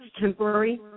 temporary